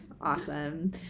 Awesome